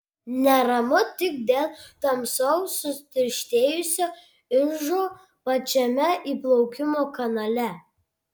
neramu tik dėl tamsaus sutirštėjusio ižo pačiame įplaukimo kanale